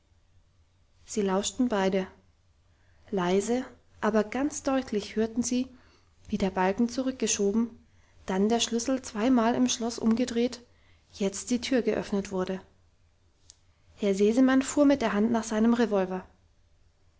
sie lauschten beide leise aber ganz deutlich hörten sie wie der balken zurückgeschoben dann der schlüssel zweimal im schloss umgedreht jetzt die tür geöffnet wurde herr sesemann fuhr mit der hand nach seinem revolver